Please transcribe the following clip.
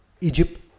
Egypt